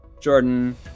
Jordan